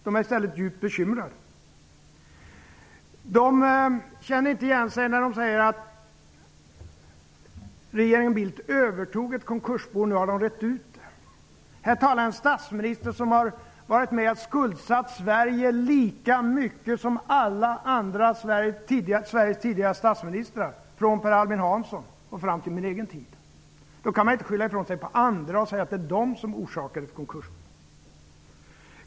De är i stället djupt bekymrade. De känner inte igen sig när det sägs att regeringen Bildt övertog ett konkursbo och nu har rett ut det. Här talar en statsminister som har varit med att med skuldsätta Sverige lika mycket som alla andra tidigare statsministrar i Sverige från Per Albin Hansson och fram till min egen tid. Då kan man inte skylla ifrån sig på andra och säga att det är de som orsakade ett konkursbo.